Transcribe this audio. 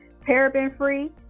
paraben-free